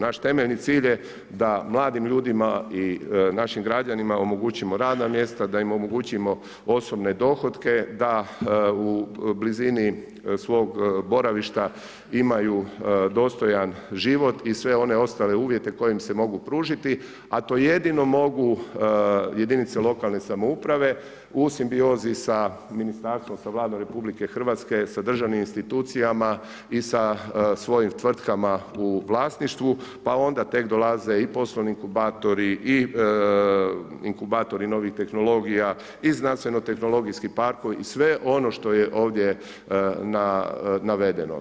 Naš temeljni cilj je da mladim ljudima i našim građanima omogućimo radna mjesta, da im omogućimo osobne dohotke, da u blizini svog boravišta imaju dostojan život i sve one ostale uvjete koje im se mogu pružiti, a to jedino mogu jedinice lokalne samouprave u simbiozi sa ministarstvom, sa Vladom RH, sa državnim institucijama i sa svojim tvrtkama u vlasništvu pa onda tek dolaze i poslovni inkubatori i inkubatori novih tehnologija i znanstveno-tehnologijski parkovi i sve on o što je ovdje navedeno.